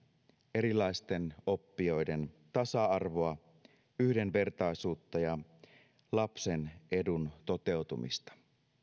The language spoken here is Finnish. erilaisten oppijoiden tasa arvoa yhdenvertaisuutta ja lapsen edun toteutumista